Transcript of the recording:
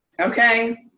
Okay